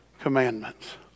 Commandments